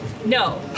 No